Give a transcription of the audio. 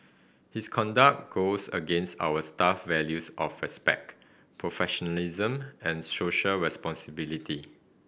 his conduct goes against our staff values of respect professionalism and social responsibility